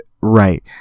right